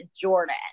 Jordan